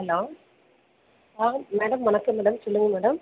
hello ஆ madam வணக்கம் madam சொல்லுங்கள் மேடம்